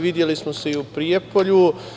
Videli smo se i u Prijepolju.